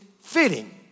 fitting